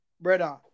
brother